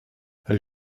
elle